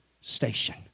station